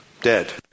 dead